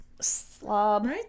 slob